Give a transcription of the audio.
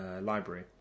Library